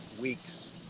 weeks